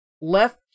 left